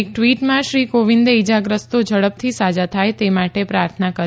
એક ટ્વીટમાં શ્રી કોવિંદે ઇજાગ્રસ્તો ઝડપથી સાજા થાય તે માટે પ્રાર્થના કરી